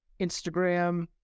Instagram